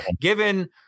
given